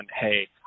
hey